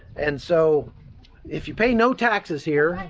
and so if you pay no taxes here,